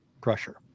pressure